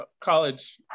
college